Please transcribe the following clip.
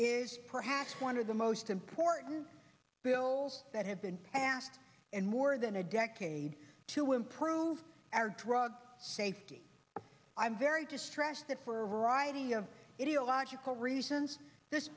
is perhaps one of the most important bills that had been passed in more than a decade to improve our drug safety i'm very distressed that for a variety of it illogical reasons this